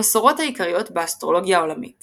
המסורות העיקריות באסטרולוגיה העולמית